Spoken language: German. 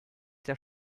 der